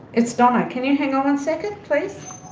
it's donna, can you hang on one second, please?